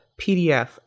PDF